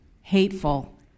hateful